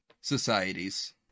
societies